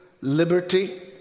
liberty